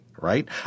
Right